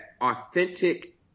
authentic